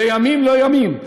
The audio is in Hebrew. בימים לא ימים.